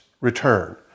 return